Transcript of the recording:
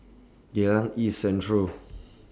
Geylang East Central